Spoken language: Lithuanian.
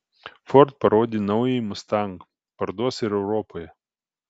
ford parodė naująjį mustang parduos ir europoje